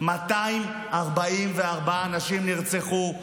244 אנשים נרצחו,